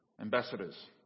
ambassadors